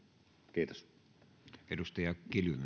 kiitos